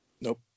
Nope